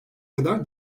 kadar